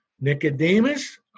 Nicodemus